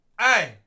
Hey